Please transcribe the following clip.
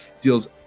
deals